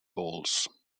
balls